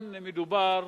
מדובר